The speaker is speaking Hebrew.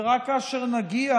ורק כאשר נגיע,